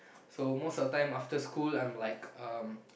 so most of the time after school I'm like uh